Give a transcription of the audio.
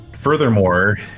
Furthermore